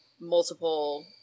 multiple